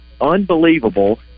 unbelievable